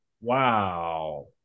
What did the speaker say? wow